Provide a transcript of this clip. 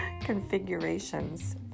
configurations